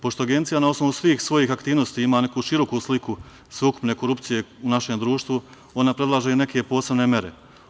Pošto Agencija na osnovu svih svojih aktivnosti ima neku široku sliku korupcije u našem društvu ona predlaže i neke posebne mere.